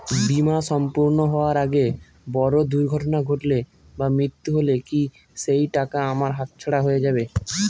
বীমা সম্পূর্ণ হওয়ার আগে বড় দুর্ঘটনা ঘটলে বা মৃত্যু হলে কি সেইটাকা আমার হাতছাড়া হয়ে যাবে?